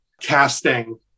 casting